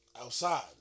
outside